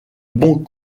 bons